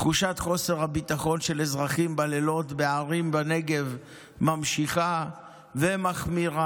תחושת חוסר הביטחון של אזרחים בלילות בערים בנגב נמשכת ומחמירה.